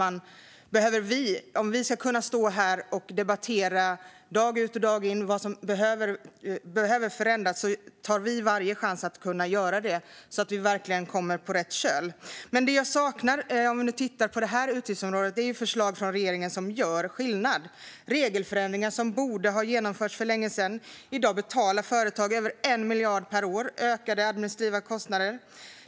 Vi tar dag ut och dag in chansen att debattera om vad som behöver förändras, så att vi verkligen kommer på rätt köl. Vad jag saknar på det här utgiftsområdet är förslag från regeringen som gör skillnad, som förslag om regelförändringar som borde ha genomförts för länge sedan. I dag betalar företagen över 1 miljard per år i ökade administrativa kostnader.